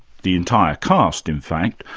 the entire cast, in fact,